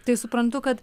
tai suprantu kad